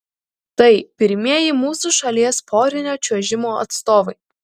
tai pirmieji mūsų šalies porinio čiuožimo atstovai